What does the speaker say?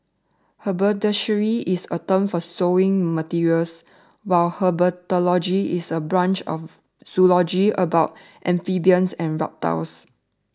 haberdashery is a term for sewing materials while herpetology is a branch of zoology about amphibians and reptiles